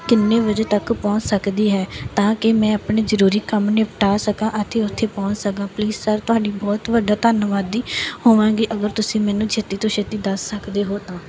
ਕਿੰਨੇ ਵਜੇ ਤੱਕ ਪਹੁੰਚ ਸਕਦੀ ਹੈ ਤਾਂ ਕਿ ਮੈਂ ਆਪਣੇ ਜ਼ਰੂਰੀ ਕੰਮ ਨਿਪਟਾ ਸਕਾਂ ਅਤੇ ਉੱਥੇ ਪਹੁੰਚ ਸਕਾਂ ਪਲੀਜ਼ ਸਰ ਤੁਹਾਡੀ ਬਹੁਤ ਵੱਡਾ ਧੰਨਵਾਦੀ ਹੋਵਾਂਗੀ ਅਗਰ ਤੁਸੀਂ ਮੈਨੂੰ ਛੇਤੀ ਤੋਂ ਛੇਤੀ ਦੱਸ ਸਕਦੇ ਹੋ ਤਾਂ